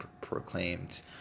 proclaimed